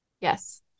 yes